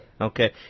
Okay